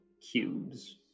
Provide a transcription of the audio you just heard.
cubes